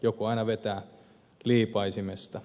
joku aina vetää liipaisimesta